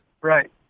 Right